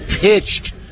pitched